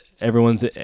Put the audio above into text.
everyone's